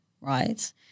right